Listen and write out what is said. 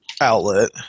outlet